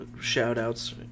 shout-outs